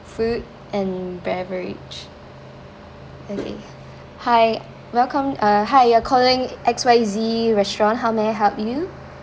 food and beverage okay hi welcome uh hi you're calling X Y Z restaurant how may I help you